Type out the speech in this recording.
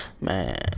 man